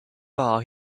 bar